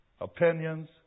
opinions